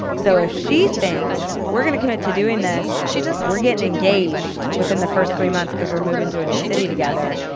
so ah she thinks we're gonna commit to doing this we're getting engaged within the first three months because we're moving to a new city together.